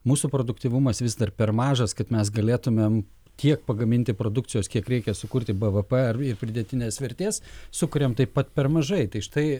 mūsų produktyvumas vis dar per mažas kad mes galėtumėm tiek pagaminti produkcijos kiek reikia sukurti b v p ir pridėtinės vertės sukuriam taip pat per mažai tai štai